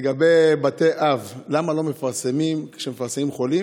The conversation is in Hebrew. לגבי בתי אב, למה לא מפרסמים, כשמפרסמים חולים,